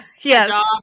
yes